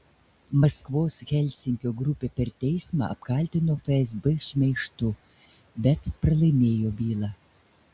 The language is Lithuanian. maskvos helsinkio grupė per teismą apkaltino fsb šmeižtu bet pralaimėjo bylą